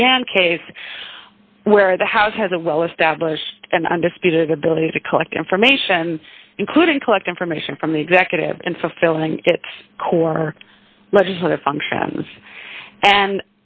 mcgann case where the house has a well established and undisputed ability to collect information including collect information from the executive in fulfilling its core legislative functions and